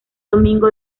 domingo